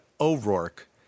O'Rourke